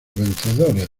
vencedores